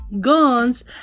guns